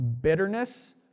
bitterness